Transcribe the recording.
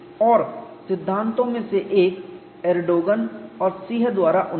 और सिद्धांतों में से एक एरडोगन और सिह द्वारा उन्नत है